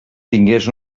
tingués